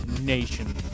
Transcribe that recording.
Nation